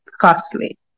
costly